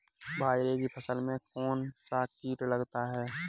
बाजरे की फसल में कौन सा कीट लगता है?